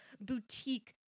boutique